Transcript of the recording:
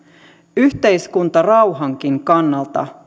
yhteiskuntarauhankin kannalta